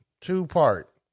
Two-part